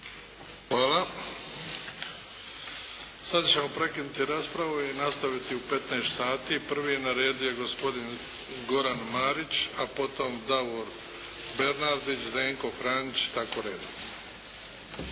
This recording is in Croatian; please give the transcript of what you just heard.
Hvala. Sada ćemo prekinuti raspravu i nastaviti u 15 sati. Prvi je na redu je gospodin Goran Marić, a potom Davor Bernardić, Zdenko Franić i tako redom.